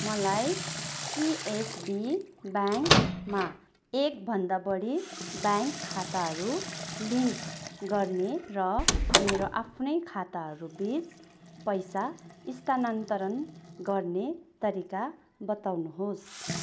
मलाई सिएसबी ब्याङ्कमा एकभन्दा बढी ब्याङ्क खाताहरू लिङ्क गर्ने र मेरो आफ्नै खाताहरूबिच पैसा स्थानानन्तरण गर्ने तरिका बताउनुहोस्